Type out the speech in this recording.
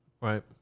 Right